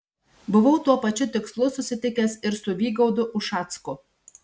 buvau tuo pačiu tikslu susitikęs ir su vygaudu ušacku